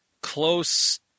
close